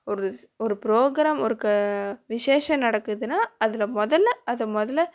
ஒரு ஸ் ஒரு ப்ரோகிராம் ஒரு க விஷசம் நடக்குதுனா அதில் முதல்ல அதை முதல